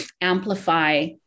amplify